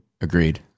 Agreed